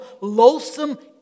loathsome